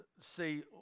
see